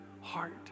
heart